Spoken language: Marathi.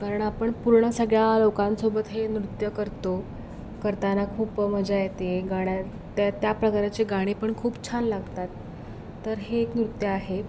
कारण आपण पूर्ण सगळ्या लोकांसोबत हे नृत्य करतो करताना खूप मजा येते गाण्या तर त्या प्रकाराची गाणी पण खूप छान लागतात तर हे एक नृत्य आहे